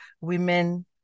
women